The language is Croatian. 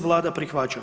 Vlada prihvaća.